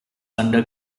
under